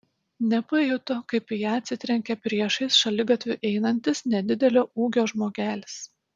nepajuto kaip į ją atsitrenkė priešais šaligatviu einantis nedidelio ūgio žmogelis